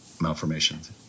malformations